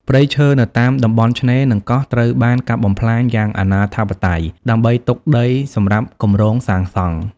ព្រៃឈើនៅតាមតំបន់ឆ្នេរ និងកោះត្រូវបាន កាប់បំផ្លាញយ៉ាងអនាធិបតេយ្យ ដើម្បីទុកដីសម្រាប់គម្រោងសាងសង់។